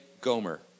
Gomer